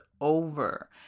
over